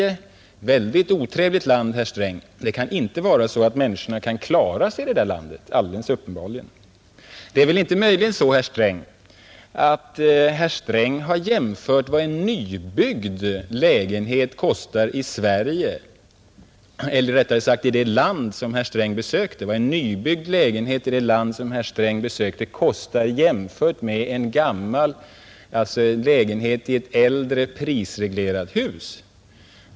Ett förfärligt otrevligt land, herr Sträng, det kan inte vara så att människorna kan klara sig i det där landet, alldeles uppenbarligen inte! Det är väl inte möjligen så, herr Sträng, att herr Sträng jämfört vad en nybyggd lägenhet i det land han besökte kostar med en lägenhet i ett äldre, prisreglerat hus i Sverige?